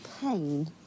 pain